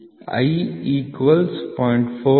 i 0